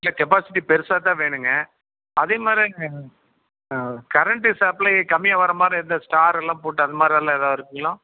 இல்லை கெப்பாசிட்டி பெருசாக தான் வேணும்ங்க அதே மாதிரி தாங்க கரண்ட் சப்ளே கம்மியாக வர மாதிரி இந்த ஸ்டார்லாம் போட்டு அது மாரிலாம் எதாவது இருக்குங்களா